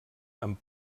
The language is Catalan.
amb